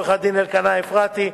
עורך-הדין אלקנה אפרתי,